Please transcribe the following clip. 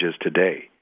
today